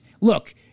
look